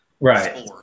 right